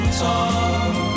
talk